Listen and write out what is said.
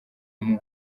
muri